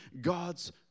God's